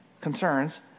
concerns